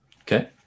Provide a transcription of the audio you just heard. Okay